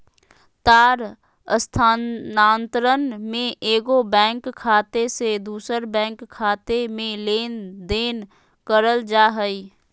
तार स्थानांतरण में एगो बैंक खाते से दूसर बैंक खाते में लेनदेन करल जा हइ